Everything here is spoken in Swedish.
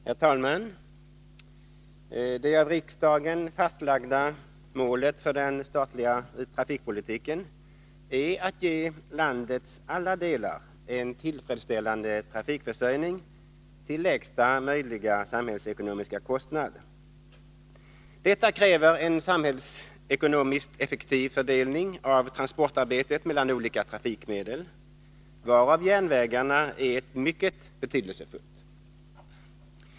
Herr talman! Det av riksdagen fastlagda målet för den statliga trafikpolitiken är att ge landets alla delar en tillfredsställande trafikförsörjning till lägsta möjliga samhällsekonomiska kostnader. Detta kräver en samhällsekonomiskt effektiv fördelning av transportarbetet mellan olika trafikmedel, varav järnvägarna är ett mycket betydelsefullt.